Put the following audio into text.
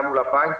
גם מול הבנקים,